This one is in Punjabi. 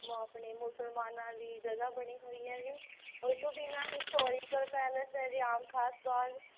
ਆਪਣੇ ਮੁਸਲਮਾਨਾਂ ਦੀ ਜਗ੍ਹਾ ਬਣੀ ਹੋਈ ਹੈ ਜੀ ਉਹ ਤੋਂ ਬਿਨਾਂ ਹਿਸਟੋਰੀਕਲ ਪੈਲਸ ਹੈ ਜੀ ਆਮ ਖਾਸ ਬਾਗ